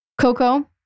Coco